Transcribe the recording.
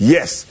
Yes